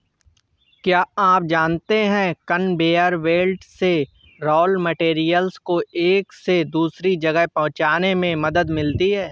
क्या आप जानते है कन्वेयर बेल्ट से रॉ मैटेरियल्स को एक से दूसरे जगह पहुंचने में मदद मिलती है?